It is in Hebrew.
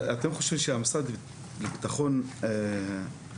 אתם חושבים שהמשרד לביטחון לאומי,